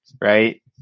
right